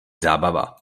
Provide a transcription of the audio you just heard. zábava